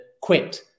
quit